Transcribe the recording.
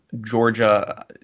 Georgia